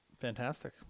Fantastic